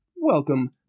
Welcome